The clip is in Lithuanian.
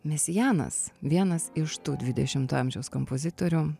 mesijanas vienas iš tų dvidešimto amžiaus kompozitorių